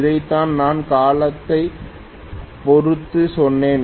இதைத்தான் நான் காலத்தைப் பொறுத்து சொன்னேன்